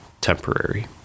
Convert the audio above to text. temporary